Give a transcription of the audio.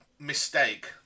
mistake